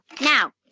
Now